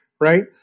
right